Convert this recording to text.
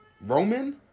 Roman